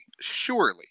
Surely